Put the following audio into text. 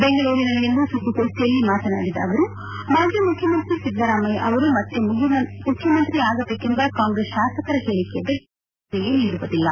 ಬೆಂಗಳೂರಿನಲ್ಲಿಂದು ಸುದ್ದಿಗೋಷ್ಠಿಯಲ್ಲಿ ಮಾತನಾಡಿದ ಅವರು ಮಾಜಿ ಮುಖ್ಯಮಂತ್ರಿ ಸಿದ್ದರಾಮಯ್ಯ ಅವರು ಮತ್ತೇ ಮುಖ್ಯಮಂತ್ರಿ ಆಗಬೇಕೆಂಬ ಕಾಂಗ್ರೆಸ್ ಶಾಸಕರ ಹೇಳಿಕೆ ಬಗ್ಗೆ ಯಾವುದೇ ಪ್ರತಿಕ್ರಿಯೆ ನೀಡುವುದಿಲ್ಲ